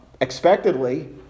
expectedly